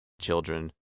children